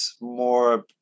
more